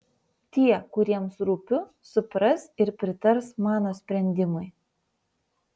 tie kuriems rūpiu supras ir pritars mano sprendimui